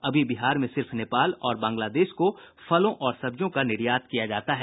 अभी बिहार से सिर्फ नेपाल और बांग्लादेश को फलों और सब्जियों का निर्यात किया जाता है